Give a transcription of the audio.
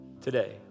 today